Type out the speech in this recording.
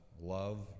love